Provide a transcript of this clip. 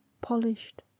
polished